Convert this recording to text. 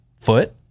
foot